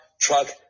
truck